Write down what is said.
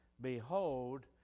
Behold